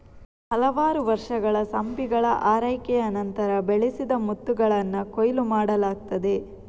ಹಲವಾರು ವರ್ಷಗಳ ಸಿಂಪಿಗಳ ಆರೈಕೆಯ ನಂತರ, ಬೆಳೆಸಿದ ಮುತ್ತುಗಳನ್ನ ಕೊಯ್ಲು ಮಾಡಲಾಗ್ತದೆ